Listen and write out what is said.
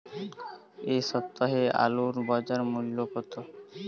এ সপ্তাহের আলুর বাজার মূল্য কত?